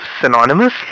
synonymous